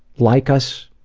like us,